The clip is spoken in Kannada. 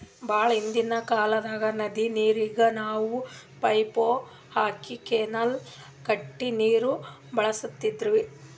ಭಾಳ್ ಹಿಂದ್ಕಿನ್ ಕಾಲ್ದಾಗ್ ನದಿ ನೀರಿಗ್ ನಾವ್ ಪೈಪ್ ಹಾಕಿ ಕೆನಾಲ್ ಕಟ್ಟಿ ನೀರ್ ಬಳಸ್ತಿದ್ರು